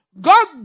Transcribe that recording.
God